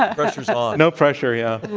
ah pressure's on. no pressure, yeah.